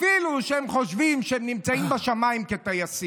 אפילו שהם חושבים שהם נמצאים בשמיים כטייסים.